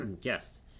guest